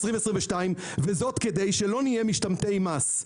וזאת כדי שלא נהיה משתמטי מס.